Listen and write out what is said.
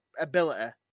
ability